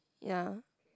ya